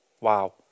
Wow